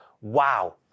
wow